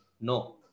No